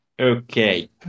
Okay